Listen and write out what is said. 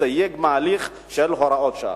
מסתייג מההליך של הוראות שעה.